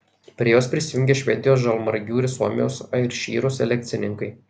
prie jos prisijungė švedijos žalmargių ir suomijos airšyrų selekcininkai